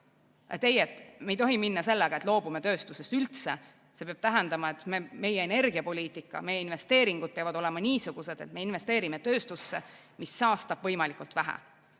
Me ei tohi minna [üleskutsega], et loobume tööstusest üldse. Meie energiapoliitika, meie investeeringud peavad olema niisugused, et me investeerime tööstusse, mis saastab võimalikult vähe.